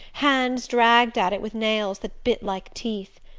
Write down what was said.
hands dragged at it with nails that bit like teeth.